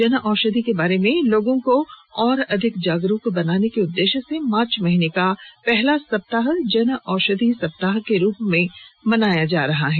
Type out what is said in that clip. जन औषधि के बारे में लोगों को और अधिक जागरूक बनाने के उद्देश्य से मार्च महीने का पहला सप्ताह जन औषधि सप्ताह के रूप में मनाया जा रहा है